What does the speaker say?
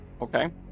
okay